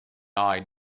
eye